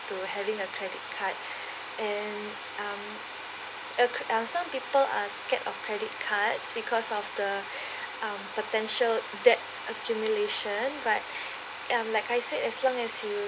to having a credit card and um some people are scared of credit cards because of the um potential debt accumulation but um like I say as long as you